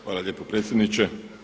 Hvala lijepo predsjedniče.